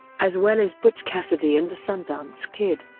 as well as butch cassidy and the sundance kid,